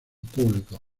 públicos